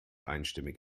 einstimmig